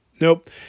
nope